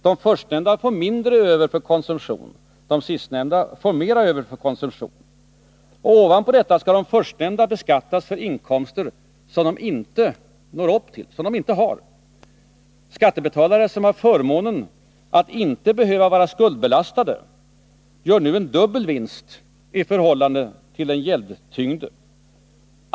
De förstnämnda får mindre över för annan konsumtion. De sistnämnda får mer över för konsumtion. Och ovanpå detta skall de förstnämnda beskattas för inkomster som de inte har! Skattebetalare som har förmånen att inte behöva vara skuldbelastade gör en dubbel vinst i förhållande till den gäldtyngde.